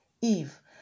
Eve